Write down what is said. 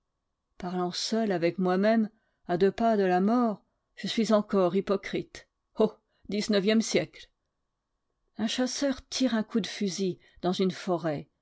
parlant seul avec moi-même à deux pas de la mort je suis encore hypocrite o dix-neuvième siècle un chasseur tire un coup de fusil dans une forêt